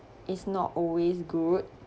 it's not always good